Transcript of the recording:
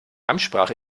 amtssprache